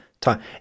time